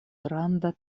granda